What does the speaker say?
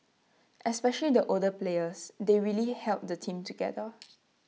especially the older players they really held the team together